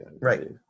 Right